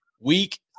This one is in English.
week